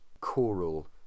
choral